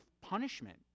punishment